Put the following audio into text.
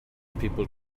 people